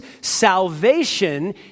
salvation